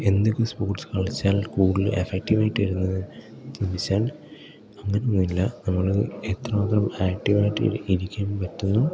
എന്തൊക്കെ സ്പോർട്സ് കളിച്ചാൽ കൂടുതൽ എഫക്റ്റിവായിട്ടിരുന്നത് ചോദിച്ചാൽ അങ്ങനൊന്നൂല്ല നമ്മൾ എത്ര മാത്രം ആക്റ്റീവായിട്ടിരിക്കും ഇരിക്കാൻ പറ്റുന്നു